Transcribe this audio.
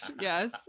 Yes